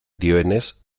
dioenez